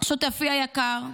שותפי היקר.